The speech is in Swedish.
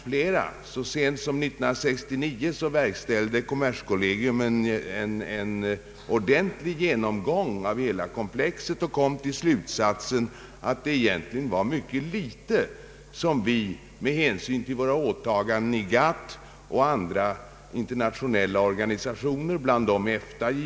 Så sent som år 1959 verkställde kommerskollegium en ordentlig genomgång av hela komplexet och kom till slutsatsen att det egentligen var mycket litet vi kunde göra med hänsyn till våra åtaganden i GATT och andra internationella organisationer, bland dem EFTA.